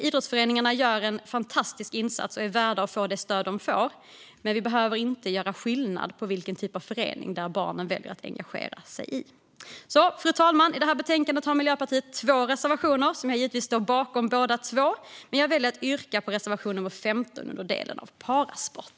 Idrottsföreningarna gör en fantastisk insats och är värda det stöd de får, men vi behöver inte göra skillnad på vilken typ av förening barnen väljer att engagera sig i. Fru talman! Miljöpartiet har två reservationer i betänkandet, och jag står givetvis bakom båda två. Men jag väljer att yrka bifall till reservation nummer 15 under delen om parasport.